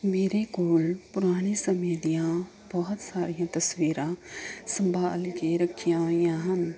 ਮੇਰੇ ਕੋਲ ਪੁਰਾਣੇ ਸਮੇਂ ਦੀਆਂ ਬਹੁਤ ਸਾਰੀਆਂ ਤਸਵੀਰਾਂ ਸੰਭਾਲ ਕੇ ਰੱਖੀਆਂ ਹੋਈਆਂ ਹਨ